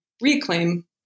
reclaim